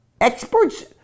Experts